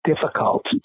difficult